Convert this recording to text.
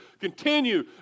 continue